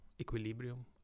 equilibrium